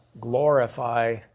glorify